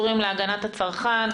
שאלתי אם את אומרת שהם רמאים.